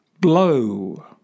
blow